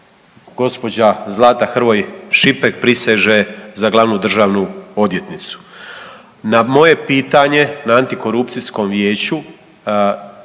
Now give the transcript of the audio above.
gospođa Zlata Hrvoj Šipek priseže za Glavnu državnu odvjetnicu. Na moje pitanje na Antikorupcijskom vijeću